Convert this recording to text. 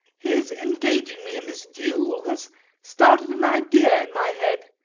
his engaging me in this duel has started an idea in my head,